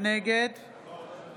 נגד